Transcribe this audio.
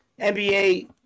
NBA